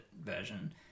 version